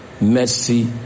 mercy